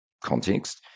context